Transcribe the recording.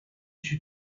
she